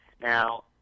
Now